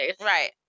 Right